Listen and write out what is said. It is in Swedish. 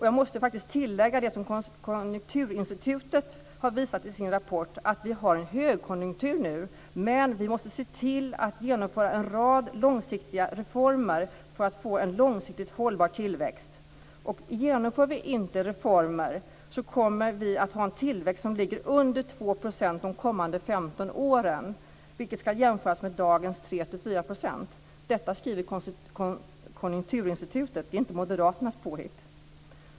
Jag måste tillägga att Konjunkturinstitutet har visat i sin rapport att vi har en högkonjunktur nu, men vi måste se till att genomföra en rad långsiktiga reformer för att få en långsiktigt hållbar tillväxt. Om vi inte genomför reformer kommer vi att ha en tillväxt som ligger under 2 % de kommande 15 åren, vilket ska jämföras med dagens 3-4 %. Detta skriver Konjunkturinstitutet. Det är inte Moderaternas påhitt.